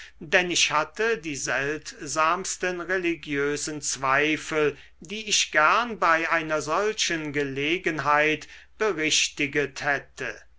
denn ich hatte die seltsamsten religiösen zweifel die ich gern bei einer solchen gelegenheit berichtiget hätte